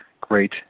great